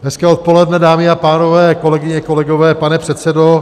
Hezké odpoledne, dámy a pánové, kolegyně a kolegové, pane předsedo.